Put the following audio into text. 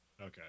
Okay